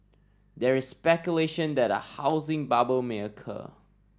there is speculation that a housing bubble may occur